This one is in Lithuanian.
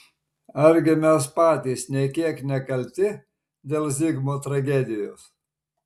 argi mes patys nė kiek nekalti dėl zigmo tragedijos